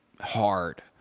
hard